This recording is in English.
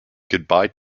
goodbye